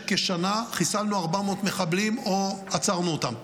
כשנה חיסלנו 400 מחבלים או עצרנו אותם,